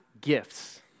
gifts